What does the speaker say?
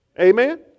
amen